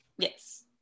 yes